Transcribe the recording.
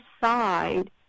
side